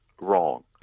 wrong